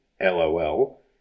lol